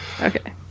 Okay